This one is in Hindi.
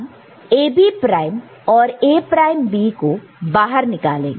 हम AB प्राइम और A प्राइम B को बाहर निकालेंगे